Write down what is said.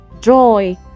joy